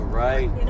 right